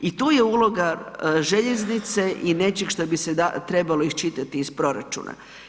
I tu je uloga željeznice i nečeg što bi se trebalo iščitati iz proračuna.